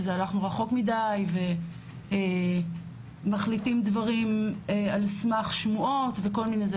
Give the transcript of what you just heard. שהלכנו רחוק מדי ומחליטים דברים על סמך שמועות וכל מיני זה,